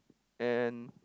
and